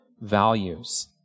values